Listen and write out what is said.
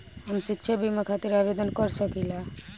हम शिक्षा बीमा खातिर आवेदन कर सकिला?